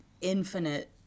infinite